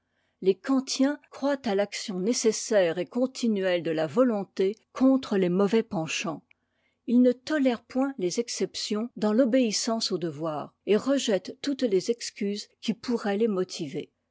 les kantiens croient à l'action nécessaire et continuelle de la volonté contre les mauvais penchants ils ne tolèrent point les exceptions dans l'obéissance au devoir et rejettent toutes les excuses qui pourraient les motiver